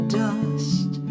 dust